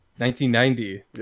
1990